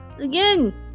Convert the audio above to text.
again